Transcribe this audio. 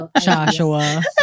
Joshua